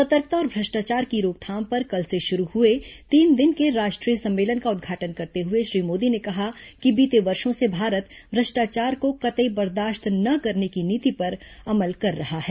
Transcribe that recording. सतर्कता और भ्रष्टाचार की रोकथाम पर कल से शुरू हुए तीन दिन के राष्ट्रीय सम्मेलन का उद्घाटन करते हुए श्री मोदी ने कहा कि बीते वर्षो से भारत भ्रष्टाचार को कतई बर्दाश्त न करने की नीति पर अमल कर रहा है